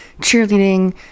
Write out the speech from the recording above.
cheerleading